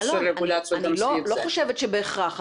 יש רגולציות --- אני לא חושבת שבהכרח,